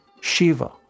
Shiva